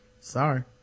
Sorry